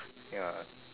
ya